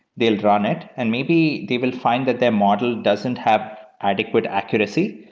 they'll run it, and maybe they will find that their model doesn't have adequate accuracy.